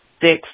six